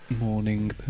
morning